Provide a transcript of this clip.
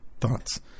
thoughts